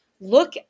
look